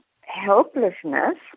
helplessness